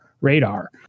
radar